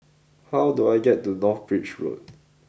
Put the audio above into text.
how do I get to North Bridge Road